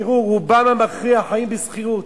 תראו, רובם המכריע חיים בשכירות,